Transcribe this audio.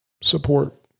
support